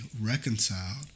reconciled